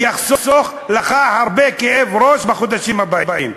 וזה יחסוך לך הרבה כאב ראש בחודשים הבאים.